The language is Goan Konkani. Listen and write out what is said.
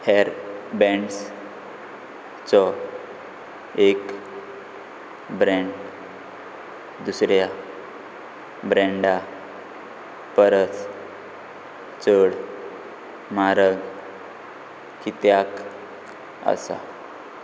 हेयर बँड्स चो एक ब्रँड दुसऱ्या ब्रँडा परस चड म्हारग कित्याक आसा